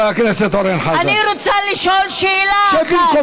אם היו מקשיבים להוראות, זה לא היה קורה.